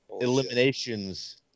eliminations